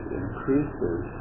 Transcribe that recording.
increases